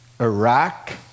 Iraq